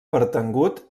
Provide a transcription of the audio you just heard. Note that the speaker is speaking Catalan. pertangut